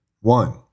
one